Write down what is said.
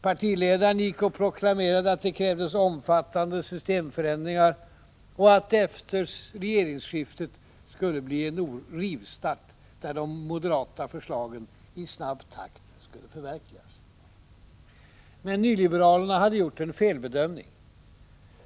Partiledaren gick ut och proklamerade att det krävdes ”omfattande systemförändringar” och att det efter regeringsskiftet skulle bli en ”rivstart”, där de moderata förslagen i snabb takt skulle förverkligas. Men nyliberalerna hade gjort en felbedömning.